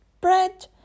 bread